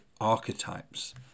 archetypes